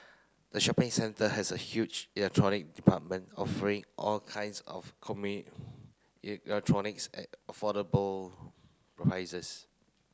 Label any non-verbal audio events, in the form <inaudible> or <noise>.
the shopping centre has a huge electronic department offering all kinds of <unintelligible> electronics at affordable <unintelligible> prices